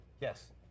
Yes